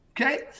Okay